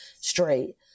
straight